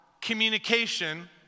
communication